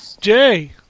Jay